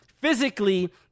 physically